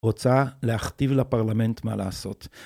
רוצה להכתיב לפרלמנט מה לעשות.